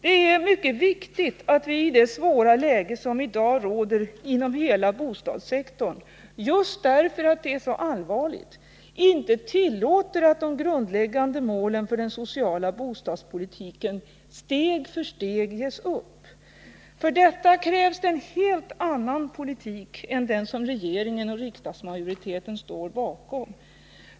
Det är mycket viktigt att vi i det svåra läge som i dag råder inom hela bostadssektorn, just därför att det är så allvarligt, inte tillåter att de grundläggande målen för den sociala bostadspolitiken steg för steg ges upp. För detta krävs det en helt annan politik än den som regeringen och riksdagsmajoriteten står bakom.